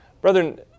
Brethren